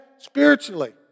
Spiritually